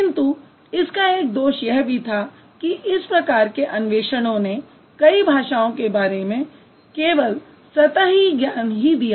किन्तु इसका एक दोष यह भी था कि इस प्रकार के अन्वेषणों ने कई भाषाओं के बारे में केवल सतही ज्ञान ही दिया